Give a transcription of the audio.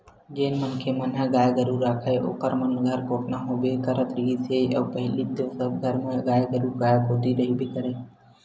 जेन मनखे मन ह गाय गरु राखय ओखर मन घर कोटना होबे करत रिहिस हे अउ पहिली तो सबे घर म गाय गरु गाँव कोती रहिबे करय